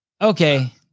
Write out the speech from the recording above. Okay